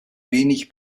wenig